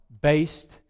based